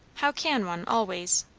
how can one, always?